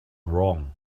wrong